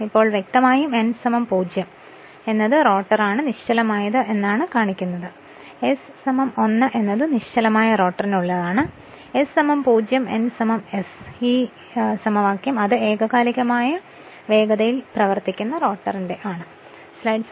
ഇപ്പോൾ വ്യക്തമായും n 0 എന്നത് റോട്ടറാണ് നിശ്ചലമായത് എന്നാണ് കാണിക്കുന്നത് s 1 എന്നത് നിശ്ചലമായ റോട്ടറിനുള്ളതാണ് കൂടാതെ s 0 n s അത് ഏകകാലികമായ വേഗതയിൽ പ്രവർത്തിക്കുന്ന റോട്ടറി ന്റെ ആണ്